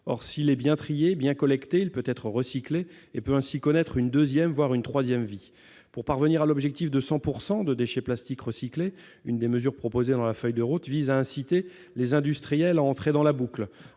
or s'il est bien trier bien collecter, il peut être recyclé et peut ainsi connaître une 2ème voire une 3ème vie pour parvenir à l'objectif de 100 pourcent de déchets plastiques recyclés, une des mesures proposée dans la feuille de route visant à inciter les industriels à entrer dans la boucle